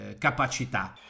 capacità